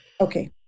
Okay